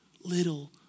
little